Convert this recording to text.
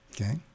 okay